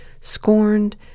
scorned